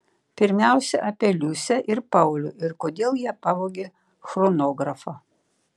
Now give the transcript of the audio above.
pirmiausia apie liusę ir paulių ir kodėl jie pavogė chronografą